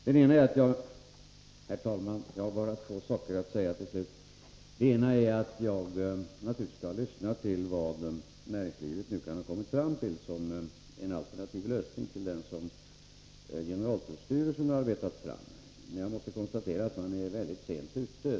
Herr talman! Jag har slutligen bara två saker att säga. För det första skall jag naturligtvis lyssna till vad näringslivet nu kan ha kommit fram till som en alternativ lösning till den som generaltullstyrelsen har arbetat fram. Men jag måste konstatera att man är mycket sent ute.